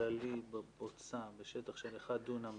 הכללי בבוצה בשטח של 1 דונם